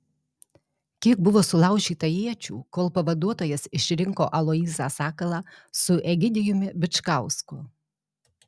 kiek buvo sulaužyta iečių kol pavaduotojas išrinko aloyzą sakalą su egidijumi bičkausku